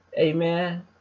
Amen